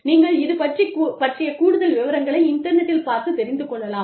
நீங்கள் இது பற்றிய கூடுதல் விவரங்களை இன்டர்நெட்டில் பார்த்து தெரிந்து கொள்ளலாம்